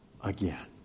again